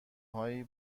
هایی